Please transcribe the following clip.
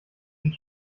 sich